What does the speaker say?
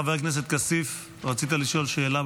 חבר הכנסת כסיף, רצית לשאול שאלה,